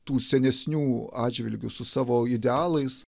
tų senesnių atžvilgiu su savo idealais